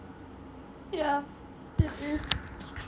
yeah